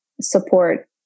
support